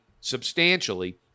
substantially